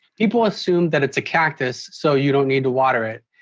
people assume that it's a cactus, so you don't need to water it.